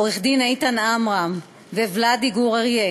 עורך-דין איתן עמרם וולאדי גור-ארי,